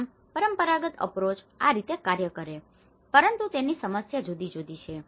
આમ પરંપરાગત approach approach અભિગમ આ રીતે કાર્ય કરે છે પરંતુ તેની સમસ્યા જુદી જુદી છે